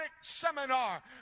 seminar